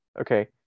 Okay